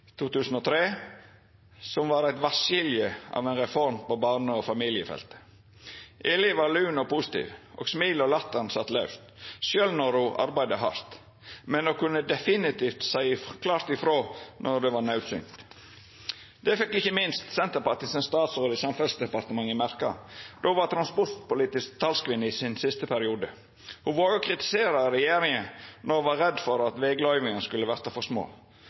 2003, som var eit vasskilje av ei reform på barne- og familiefeltet. Eli var lun og positiv, og smilet og latteren sat laust, sjølv når ho arbeidde hardt. Men ho kunne definitivt seia klart ifrå når det var naudsynt. Det fekk ikkje minst Senterpartiet sin statsråd i Samferdsledepartementet merkja då ho var transportpolitisk talskvinne i sin siste periode. Ho vågde å kritisera regjeringa når ho var redd for at vegløyvingane skulle verta for små,